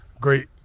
great